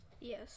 Yes